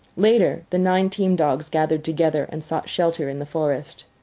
later, the nine team-dogs gathered together and sought shelter in the forest.